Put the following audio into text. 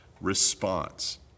response